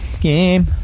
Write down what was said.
game